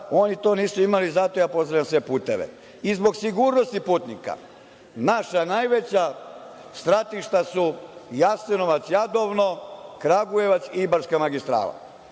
Oni to nisu imali i zato ja pozdravljam sve puteve. Zbog sigurnosti putnika, naša najveća stratišta su Jasenovac, Jadovno, Kragujevac i Ibarska magistrala.